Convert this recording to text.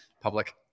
public